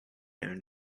and